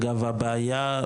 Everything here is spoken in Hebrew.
אגב הבעיה,